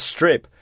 Strip